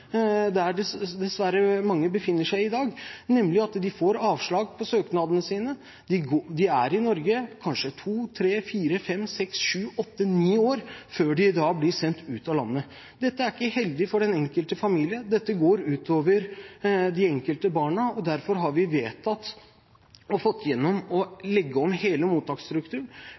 dessverre mange befinner seg i dag, nemlig at de får avslag på søknadene sine. De er i Norge kanskje i to–tre–fire–fem–seks–sju–åtte–ni år før de blir sendt ut av Norge. Dette er ikke heldig for den enkelte familie, dette går ut over de enkelte barna. Derfor har vi vedtatt, og fått igjennom, å legge om hele mottaksstrukturen